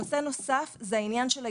נושא נוסף זה העניין של הילדים.